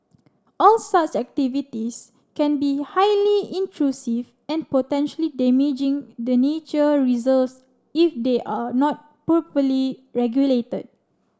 all such activities can be highly intrusive and potentially damaging to the nature reserves if they are not properly regulated